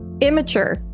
Immature